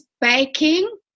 baking